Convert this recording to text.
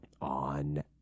on